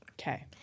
Okay